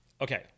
Okay